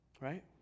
Right